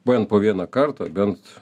bent po vieną kartą bent